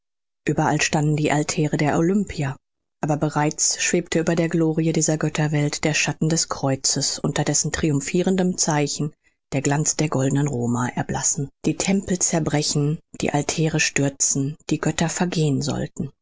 ueberall standen die altäre der olympier aber bereits schwebte über der glorie dieser götterwelt der schatten des kreuzes unter dessen triumphirendem zeichen der glanz der goldenen roma erblassen die tempel zerbrechen die altäre stürzen die götter vergehen sollten